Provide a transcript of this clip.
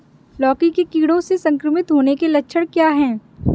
लौकी के कीड़ों से संक्रमित होने के लक्षण क्या हैं?